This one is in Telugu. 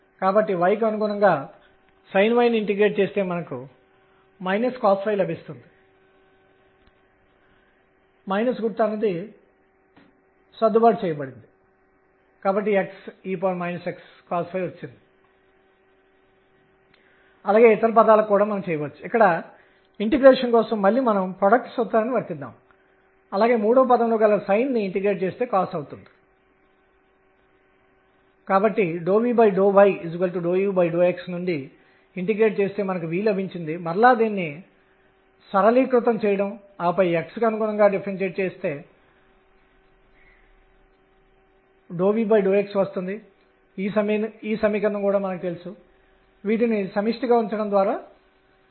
కాబట్టి నేను ∫prdrnrh ను చేస్తే అది నాకు సరిగ్గా అదే సమాధానాన్ని ఇస్తుంది ఆ ఉపన్యాసానికి తిరిగి వెళ్ళమని నేను మిమ్మల్ని కోరతాను మరియు నాకు సరిగ్గా అదే సమాధానం En mk22n22 వస్తుంది ఇది అదే mZ2e4322022n2 ఇక్కడ n ఇప్పుడు nrnn గా ఉండబోతోంది